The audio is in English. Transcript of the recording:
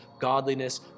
godliness